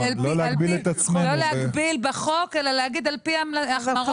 לא להגביל בחוק אלא להגיד על פי ההחמרות,